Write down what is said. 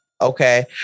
Okay